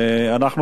יוצר תוהו ובוהו.